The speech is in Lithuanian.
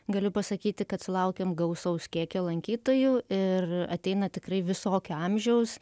galiu pasakyti kad sulaukėm gausaus kiekio lankytojų ir ateina tikrai visokio amžiaus